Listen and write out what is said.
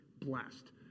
blessed